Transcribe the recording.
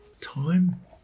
time